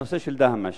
בנושא של דהמש.